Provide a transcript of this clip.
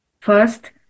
First